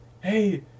hey